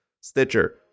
Stitcher